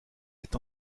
est